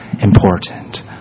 important